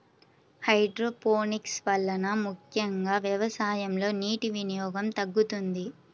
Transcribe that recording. hydroponics వలన ముఖ్యంగా వ్యవసాయంలో నీటి వినియోగం తగ్గుతుంది